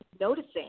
noticing